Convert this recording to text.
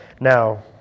now